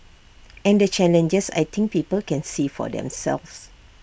and the challenges I think people can see for themselves